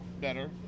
better